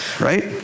right